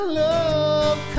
love